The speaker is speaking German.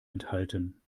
enthalten